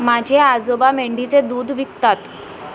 माझे आजोबा मेंढीचे दूध विकतात